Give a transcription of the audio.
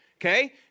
Okay